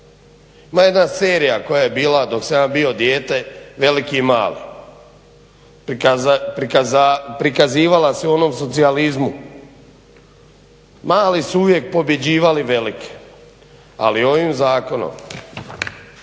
Ima jedna serija koja je bila dok sam ja bio dijete Veliki i mali, prikazivala se u onom socijalizmu. Mali su uvijek pobjeđivali velike. Ali ovim zakonom,